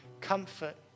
comfort